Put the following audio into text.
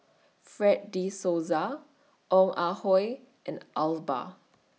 Fred De Souza Ong Ah Hoi and Iqbal